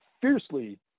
fiercely